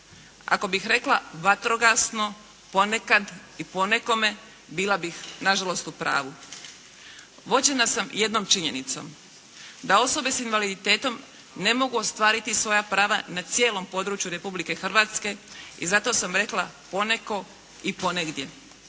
Ako bih rekla vatrogasno, ponekad i ponekome bila bi nažalost u pravu. Vođena sam jednom činjenicom da osobe sa invaliditetom ne mogu ostvariti svoja prava na cijelom području republike Hrvatske i zato sam rekla poneko i ponegdje.